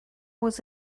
was